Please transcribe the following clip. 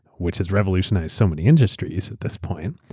which has revolutionized so many industries at this point,